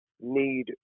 need